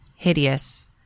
hideous